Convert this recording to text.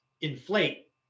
inflate